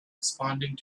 responding